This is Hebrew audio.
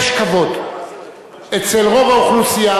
יש כבוד אצל רוב האוכלוסייה.